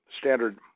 standard